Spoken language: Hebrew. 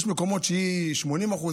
יש מקומות שהיא 80%,